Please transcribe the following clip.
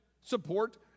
support